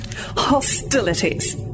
Hostilities